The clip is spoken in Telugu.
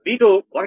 V2 1